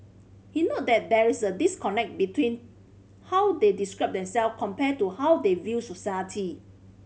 he noted that there is a disconnect between how they describe themself compared to how they view society